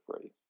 free